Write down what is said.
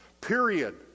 period